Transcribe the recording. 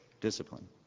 discipline